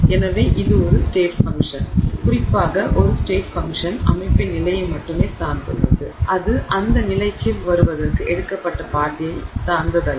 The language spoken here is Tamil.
எனவே இது ஒரு ஸ்டேட் ஃபங்ஷன் குறிப்பாக ஒரு ஸ்டேட் ஃபங்ஷன் அமைப்பின் நிலையை மட்டுமே சார்ந்துள்ளது அது அந்த நிலைக்கு வருவதற்கு எடுக்கப்பட்ட பாதையை சார்ந்தது அல்ல